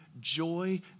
joy